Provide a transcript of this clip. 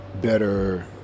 better